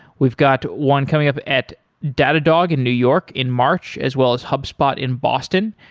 we've got one coming up at datadog in new york in march, as well as hubspot in boston.